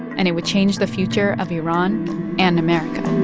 and it would change the future of iran and america